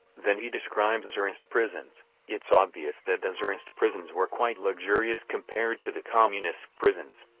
then he describes tsarist prisons it's obvious that the tsarist prisons were quite luxurious compared to the communist prisons.